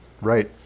right